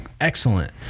excellent